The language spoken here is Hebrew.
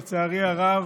לצערי הרב,